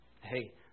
Hey